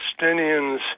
Palestinians